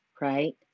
right